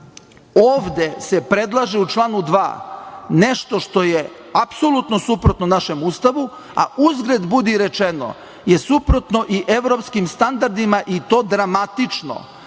ovde se predlaže u članu 2. nešto što je apsolutno suprotno našem Ustavu, a uzgred budi rečeno je suprotno i evropskim standardima i to dramatično,